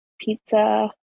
pizza